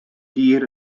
hir